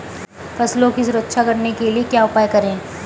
फसलों की सुरक्षा करने के लिए क्या उपाय करें?